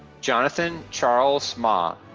jonathan charles mah,